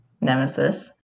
nemesis